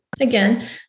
again